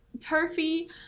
turfy